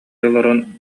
олорон